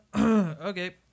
Okay